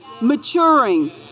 maturing